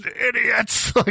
idiots